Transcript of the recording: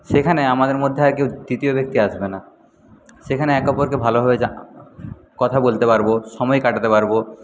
সেখানে আমাদের মধ্যে আর কেউ তৃতীয় ব্যক্তি আসবে না সেখানে একে অপরকে ভালোভাবে কথা বলতে পারব সময় কাটাতে পারব